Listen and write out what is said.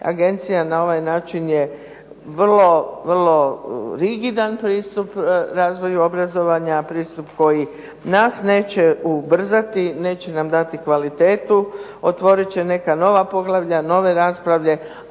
agencija na ovaj način je vrlo, vrlo rigidan pristup razvoju obrazovanja, pristup koji nas neće ubrzati, neće nam dati kvalitetu, otvorit će neka nova poglavlja, nove rasprave,